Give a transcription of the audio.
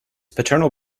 paternal